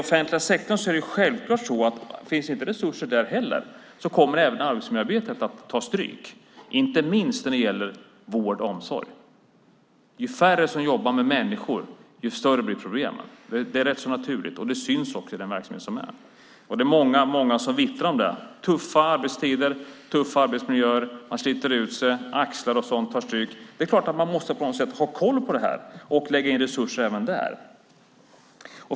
Det är självklart så att om det inte finns resurser i den offentliga sektorn kommer även arbetsmiljöarbetet där att ta stryk. Det gäller inte minst vård och omsorg. Ju färre som jobbar med människor, desto större blir problemen. Det är ganska naturligt, och det syns också i verksamheten. Det är många som vittnar om tuffa arbetstider och tuffa arbetsmiljöer. Man sliter ut sig. Axlar och sådant tar stryk. Det är klart att man måste ha koll på detta och lägga in resurser även där.